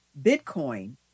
Bitcoin